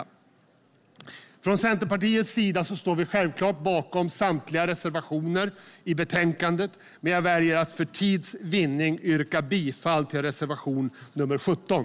Vi från Centerpartiet står självklart bakom samtliga reservationer i betänkandet, men jag väljer att för tids vinnande yrka bifall till reservation 17.